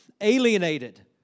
alienated